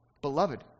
Beloved